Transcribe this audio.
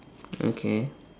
okay